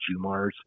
Jumars